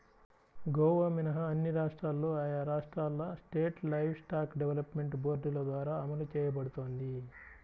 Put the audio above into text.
గోవా మినహా అన్ని రాష్ట్రాల్లో ఆయా రాష్ట్రాల స్టేట్ లైవ్స్టాక్ డెవలప్మెంట్ బోర్డుల ద్వారా అమలు చేయబడుతోంది